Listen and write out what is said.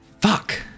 Fuck